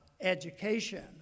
education